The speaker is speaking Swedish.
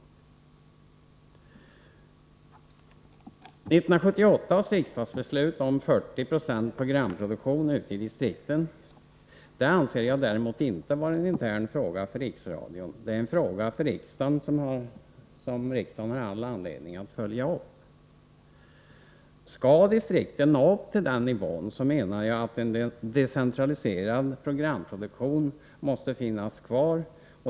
1978 års riksdagsbeslut om att 40 26 av programproduktionen skulle ske ute i distrikten anser jag däremot inte vara en intern fråga för Riksradion — det är en fråga som riksdagen har all anledning att följa upp. Om distrikten skall nå upp till en nivå på 4096, menar jag att en decentraliserad programproduktion måste finnas kvar.